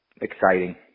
Exciting